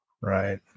Right